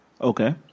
Okay